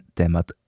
temat